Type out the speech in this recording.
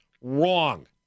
wrong